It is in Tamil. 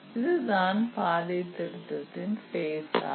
இதுதான் பாதை திருத்தத்தின் ஃபேஸ் ஆகும்